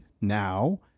now